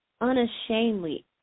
unashamedly